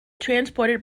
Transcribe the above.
transported